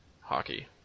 hockey